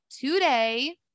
today